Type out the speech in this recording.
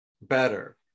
better